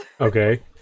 Okay